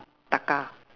Taka